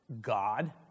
God